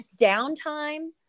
downtime